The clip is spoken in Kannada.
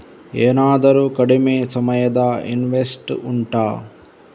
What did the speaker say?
ಏನಾದರೂ ಕಡಿಮೆ ಸಮಯದ ಇನ್ವೆಸ್ಟ್ ಉಂಟಾ